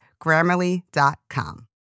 Grammarly.com